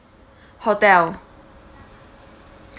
hotel